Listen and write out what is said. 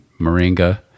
Moringa